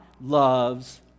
loves